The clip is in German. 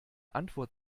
antwort